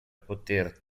poter